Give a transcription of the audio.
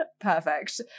Perfect